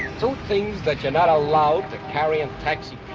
so things that you're not allowed to carry in taxi